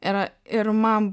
yra ir man